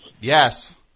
Yes